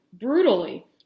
brutally